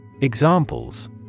Examples